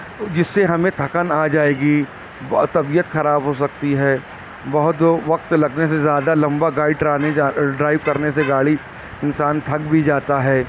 جس سے ہمیں تھکن آ جائے گی طبیعت خراب ہو سکتی ہے بہت وقت لگنے سے زیادہ لمبا ڈرائیو کرنے سے گاڑی انسان تھک بھی جاتا ہے